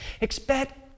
Expect